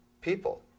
people